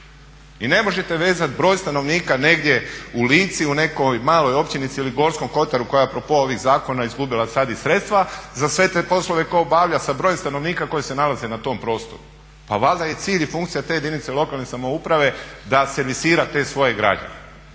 I ne možete vezat broj stanovnika negdje u Lici, u nekoj maloj općinici ili Gorskom kotaru koja je a propos ovih zakona izgubila sad i sredstva za sve te poslove koje obavlja sa brojem stanovnika koji se nalazi na tom prostoru. Pa valjda je cilj i funkcija te jedinice lokalne samouprave da servisira te svoje građane.